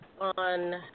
on